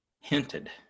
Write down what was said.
hinted